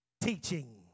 teaching